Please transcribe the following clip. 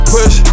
Push